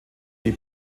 die